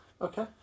Okay